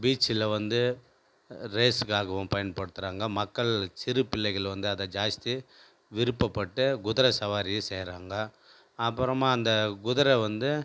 பீச்சுயில் வந்து ரேஸுக்காகவும் பயன்படுத்துகிறாங்க மக்கள் சிறு பிள்ளைகள் வந்து அதை ஜாஸ்தி விருப்பப்பட்டு குதிர சவாரியும் செய்கிறாங்க அப்புறமா அந்த குதிர வந்து